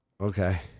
Okay